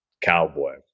cowboy